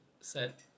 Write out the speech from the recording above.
set